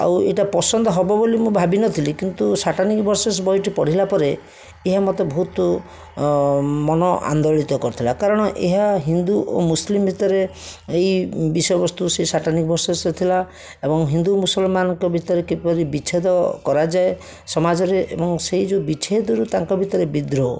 ଆଉ ଏଇଟା ପସନ୍ଦ ହେବ ବୋଲି ମୁଁ ଭାବିନଥିଲି କିନ୍ତୁ ସାଟାନିକ ଭରସେସ ବହିଟି ପଢ଼ିଲା ପରେ ଏହା ମୋତେ ବହୁତ ମନ ଆନ୍ଦୋଳିତ କରିଥିଲା କାରଣ ଏହା ହିନ୍ଦୁ ଓ ମୁସଲିମ ଭିତରେ ଏଇ ବିଷୟବସ୍ତୁ ସେ ସାଟାନିକ ଭରସେସ ଥିଲା ଏବଂ ହିନ୍ଦୁ ମୁସଲମାନଙ୍କ ଭିତରେ କିପରି ବିଚ୍ଛେଦ କରାଯାଏ ସମାଜରେ ଏବଂ ସେଇ ଯେଉଁ ବିଚ୍ଛେଦରୁ ତାଙ୍କ ଭିତରେ ବିଦ୍ରୋହ